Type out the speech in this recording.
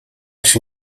się